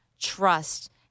trust